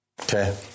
Okay